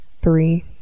Three